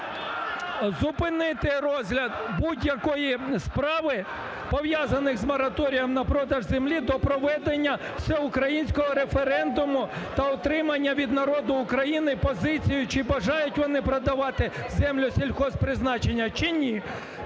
зупинити розгляд будь-якої справи, пов'язаної з мораторієм на продаж землі до проведення всеукраїнського референдуму та отримання від народу України позицію, чи бажають вони продавати землю сільгосппризначення, чи ні.